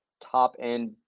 top-end